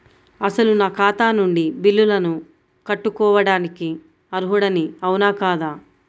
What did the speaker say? అసలు నా ఖాతా నుండి బిల్లులను కట్టుకోవటానికి అర్హుడని అవునా కాదా?